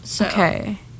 Okay